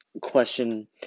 question